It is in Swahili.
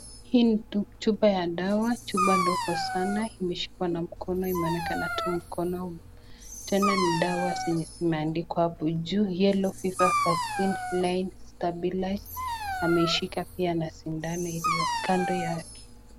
Hii ni chupa ya dawa. Chupa ndogo sana imeshikwa na mkono. Imeonekana tu mkono. Tena ni dawa zenye zimeandikwa hapo juu 'yellow fever vaccine line stabilized' ameshika pia na sindano iliyo kando yake.